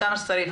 כמה שצריך,